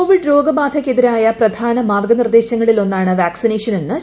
Covid രോഗബാധക്കെതിരായ പ്രധാന മാർഗ്ഗ്ഗ്നിർദ്ദേശങ്ങളിൽ ഒന്നാണ് വാക്സിനേഷനെന്ന് ശ്രീ